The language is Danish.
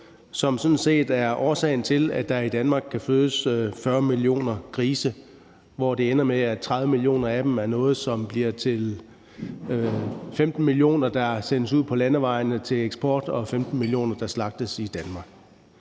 som sådan set er årsagen til, at der i Danmark kan fødes 40 millioner grise, hvilket ender med, at der ud af de 30 millioner af dem er 15 millioner, der sendes ud på landevejene til eksport, og 15 millioner, der slagtes i Danmark.